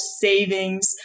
savings